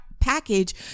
package